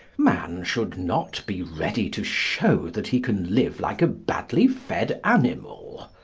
man should not be ready to show that he can live like a badly-fed animal.